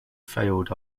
failed